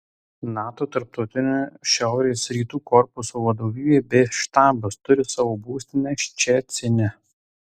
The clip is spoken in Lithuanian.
nato tarptautinio šiaurės rytų korpuso vadovybė bei štabas turi savo būstinę ščecine